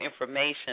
information